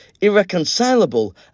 irreconcilable